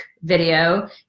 video